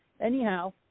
Anyhow